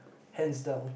hands down